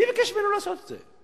מי ביקש ממנו לעשות את זה?